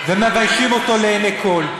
ומביישים אותו לעיני כול.